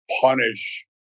punish